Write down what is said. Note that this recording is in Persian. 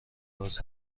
گاز